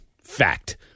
Fact